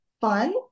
fun